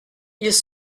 ils